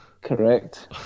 Correct